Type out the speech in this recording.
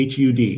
hud